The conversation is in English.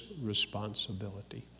responsibility